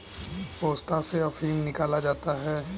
पोस्ता से अफीम निकाला जाता है